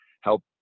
help